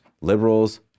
liberals